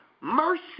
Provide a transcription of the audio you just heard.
mercy